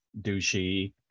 douchey